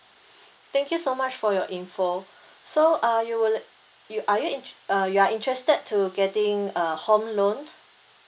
thank you so much for your info so uh you would you are you uh you are interested to getting a home loan